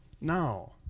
Now